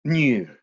new